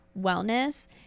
wellness